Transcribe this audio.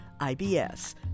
IBS